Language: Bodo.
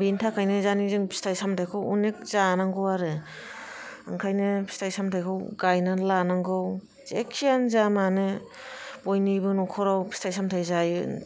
बिनि थाखायनो दानि फिथाइ सामथाइखौ अनेख जानांगौ आरो ओंखायनो फिथाइ सामथाइखौ गाइनानै लानांगौ जेखियानो जाया मानो बयनिबो न'खराव फिथाइ सामथाइ